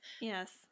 Yes